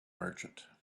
merchant